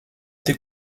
été